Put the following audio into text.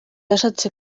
yashatse